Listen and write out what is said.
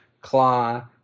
Claw